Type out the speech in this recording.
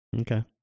Okay